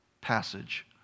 passage